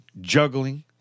juggling